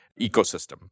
ecosystem